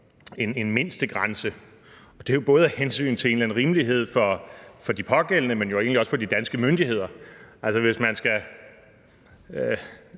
en mindstegrænse, og det er jo både af hensyn til en eller anden rimelighed for de pågældende, men jo egentlig også for de danske myndigheder. Hvis de danske